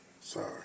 Sorry